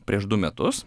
prieš du metus